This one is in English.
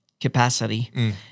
capacity